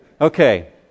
Okay